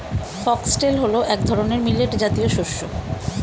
foxtail হল এক ধরনের মিলেট জাতীয় শস্য